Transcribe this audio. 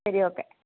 ശരി ഓക്കെ